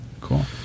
Cool